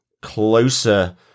closer